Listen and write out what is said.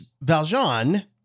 Valjean